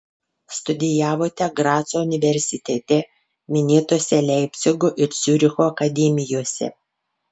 studijavote graco universitete minėtose leipcigo ir ciuricho akademijose